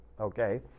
okay